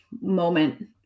moment